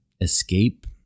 escape